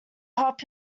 help